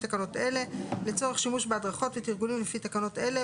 תקנות אלה לצורך שימוש בהדרכות ותרגולים לפי תקנות אלה,